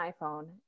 iPhone